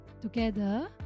Together